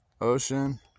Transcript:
Ocean